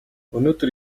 өнөөдөр